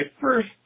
first